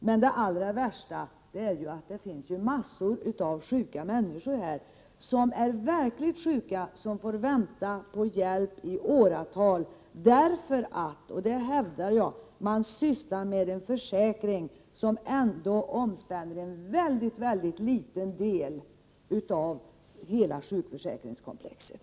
Men allra värst är att det finns massor av verkligt sjuka människor som får vänta på hjälp i åratal därför att — det hävdar jag — man sysslar med en försäkring som ändå omspänner en väldigt liten del av hela sjukförsäkringskomplexet.